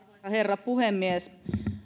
herra puhemies